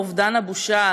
מאובדן הבושה,